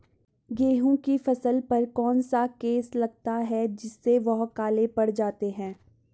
गेहूँ की फसल पर कौन सा केस लगता है जिससे वह काले पड़ जाते हैं?